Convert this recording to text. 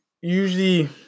usually